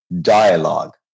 dialogue